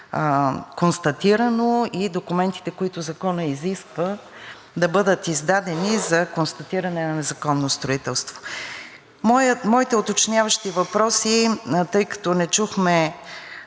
констатирано, и документите, които законът изисква да бъдат издадени за констатиране на незаконно строителство. Моите уточняващи въпроси, тъй като не чухме